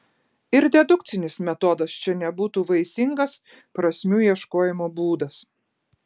ir dedukcinis metodas čia nebūtų vaisingas prasmių ieškojimo būdas